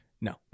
no